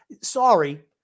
sorry